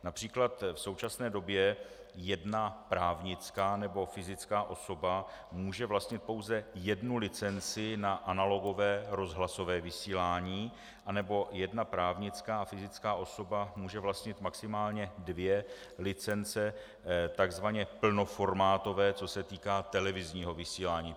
Například v současné době jedna právnická nebo fyzická osoba může vlastnit pouze jednu licenci na analogové rozhlasové vysílání a nebo jedna právnická nebo fyzická osoba může vlastnit maximálně dvě licence tzv. plnoformátové, co se týká televizního vysílání.